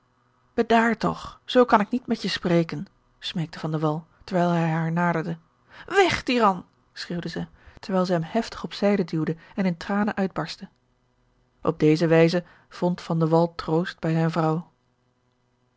bedaar toch zoo kan ik niet met je spreken smeekte van de wall terwijl hij haar naderde weg tiran schreeuwde zij terwijl zij hem heftig op zijde duwde en in tranen uitbarstte george een ongeluksvogel op deze wijze vond van de wall troost bij zijne vrouw